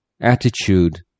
attitude